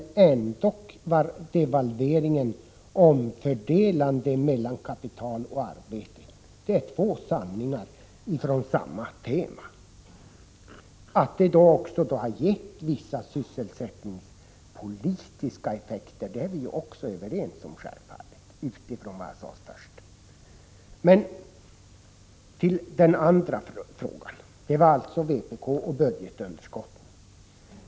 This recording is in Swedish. Men devalveringen var ändock omfördelande mellan kapital och arbete. Det är två sanningar på samma tema. Att devalveringen också har gett vissa sysselsättningspolitiska effekter är vi självfallet överens om, utifrån vad jag sade först. Så till den andra frågan, som alltså var vpk och budgetunderskotten.